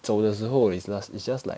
走的时候 is just it's just like